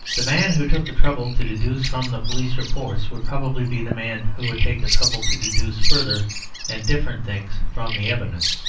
the man who took the trouble to deduce from the police reports would probably be the man who would take the trouble to deduce further and different things from the evidence.